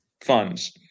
funds